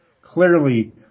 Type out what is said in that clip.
clearly